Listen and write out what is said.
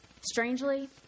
Strangely